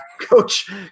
Coach